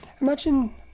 imagine